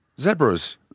Zebras